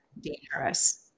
dangerous